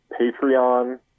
Patreon